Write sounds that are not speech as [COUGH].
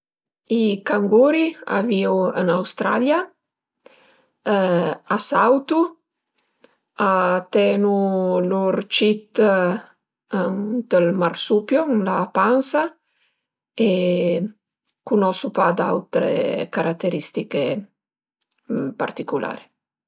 I canguri a vivu ën Australia [HESITATION] a sautu, a ten-u lour cit ënt ël marsupio ën la pansa e cunosu pa d'autre carateristiche particulari